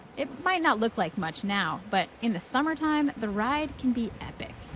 it might not look like much now. but in the summer time the ride can be epic.